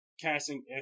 casting